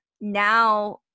now